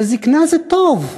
שזיקנה זה טוב.